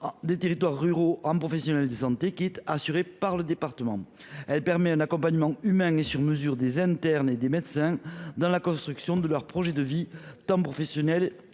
l’installation de professionnels de santé, pris en charge par le département. Il permet un accompagnement humain et sur mesure des internes et des médecins dans la construction de leur projet de vie, tant professionnel